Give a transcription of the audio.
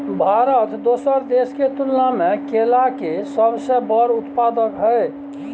भारत दोसर देश के तुलना में केला के सबसे बड़ उत्पादक हय